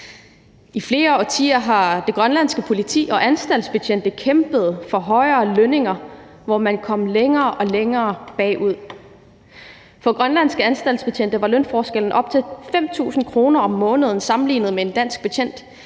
I flere årtier har det grønlandske politi og anstaltsbetjente kæmpet for højere lønninger, hvor man kom længere og længere bagud. For grønlandske anstaltsbetjente var lønforskellen op til 5.000 kr. om måneden sammenlignet med en dansk betjent